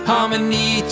Harmony